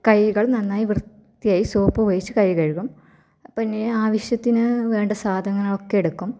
കൈകൾ നന്നായി വൃത്തിയായി സോപ്പ് ഉപയോഗിച്ച് കൈ കഴുകും പിന്നെ ആവശ്യത്തിന് വേണ്ട സാധനങ്ങൾ ഒക്കെ എടുക്കും